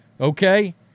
Okay